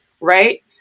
Right